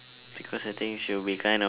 because I think she will be kind of